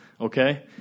okay